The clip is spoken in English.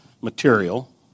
material